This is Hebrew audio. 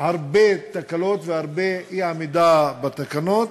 הרבה תקלות והרבה אי-עמידה בתקנות,